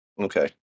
Okay